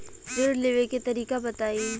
ऋण लेवे के तरीका बताई?